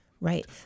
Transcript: right